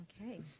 Okay